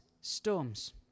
storms